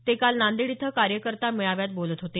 ते काल नांदेड इथं कार्यकर्ता मेळाव्यात बोलत होते